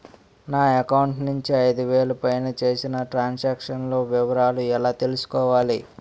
నా అకౌంట్ నుండి ఐదు వేలు పైన చేసిన త్రం సాంక్షన్ లో వివరాలు ఎలా తెలుసుకోవాలి?